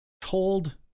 told